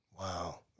Wow